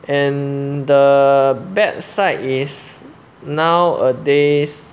and the bad side is nowadays